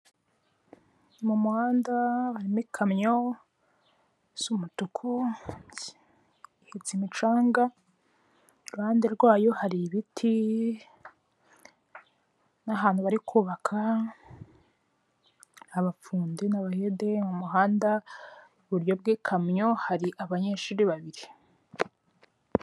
Mu muhanda harimo ikamyo isa umutuku ihetse imicanga, iruhande rwayo hari ibiti n'ahantu bari kubaka abafundi n'abayede mu muhanda iburyo bw'ikamyo hari abanyeshuri babiri.